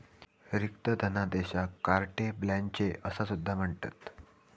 रिक्त धनादेशाक carte blanche असा सुद्धा म्हणतत